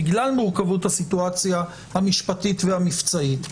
בגלל מורכבות הסיטואציה המשפטית והמבצעית,